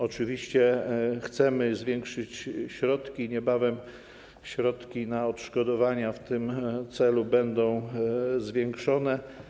Oczywiście chcemy zwiększyć środki, niebawem środki na odszkodowania w tym celu będą zwiększone.